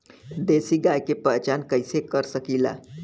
देशी गाय के पहचान कइसे कर सकीला?